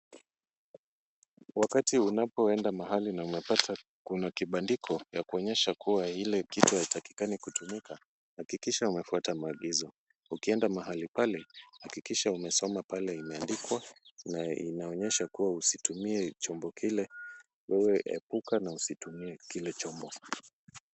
Wakati unapoenda mahali na unapata kuna kibandiko ya kuonyesha kuwa ile kitu haitakikani kutumika, hakikisha umefuata maagizo. Ukienda mahali pale, hakikisha umesoma pale imeandikwa na inaonyesha kuwa usitumie chombo kile. Wewe epuka na usitumie kile chombo.